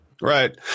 Right